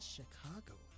Chicago